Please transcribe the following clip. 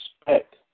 expect